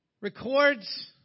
Records